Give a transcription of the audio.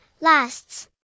lasts